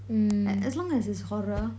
as long as it's horror